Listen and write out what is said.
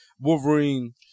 Wolverine